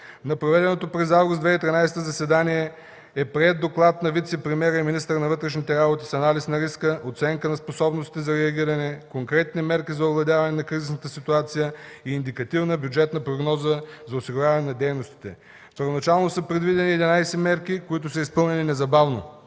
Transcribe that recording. На проведеното през август 2013 г. заседание е приет доклад на вицепремиера и министър на вътрешните работи с анализ на риска, оценка на способностите за реагиране, конкретни мерки за овладяване на кризисната ситуация и индикативна бюджетна прогноза за осигуряване на дейностите. Първоначално са предвидени 11 мерки, които са изпълнени незабавно.